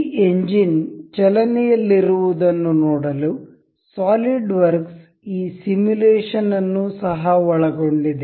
ಈ ಎಂಜಿನ್ ಚಲನೆಯಲ್ಲಿರುವುದನ್ನು ನೋಡಲು ಸಾಲಿಡ್ವರ್ಕ್ಸ್ ಈ ಸಿಮ್ಯುಲೇಶನ್ ಅನ್ನು ಸಹ ಒಳಗೊಂಡಿದೆ